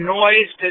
noise